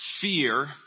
fear